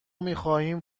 میخواهیم